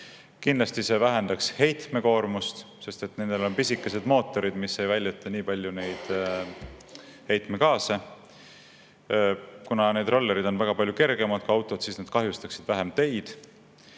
Kindlasti see vähendaks heitmekoormust, sest pisikesed mootorid ei väljuta nii palju heitgaase. Kuna rollerid on väga palju kergemad kui autod, siis need kahjustaksid vähem teid.